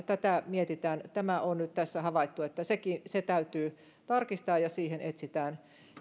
tätä mietitään tämä on nyt tässä havaittu että se täytyy tarkistaa ja siihen etsitään